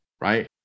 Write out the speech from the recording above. right